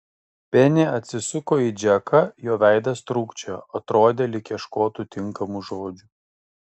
benė atsisuko į džeką jo veidas trūkčiojo atrodė lyg ieškotų tinkamų žodžių